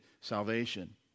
salvation